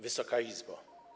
Wysoka Izbo!